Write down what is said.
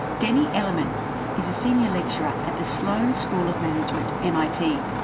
denny ellerman is a senior lecturer at the sloan school of management, mit,